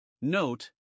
Note